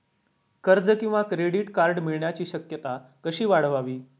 कर्ज किंवा credit card मिळण्याची शक्यता कशी वाढवावी?